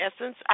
Essence